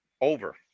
Over